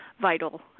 vital